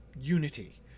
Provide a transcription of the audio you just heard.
unity